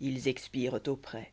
us expirent auprès